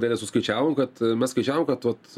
dėlei suskaičiavom kad mes skaičiavom kad vat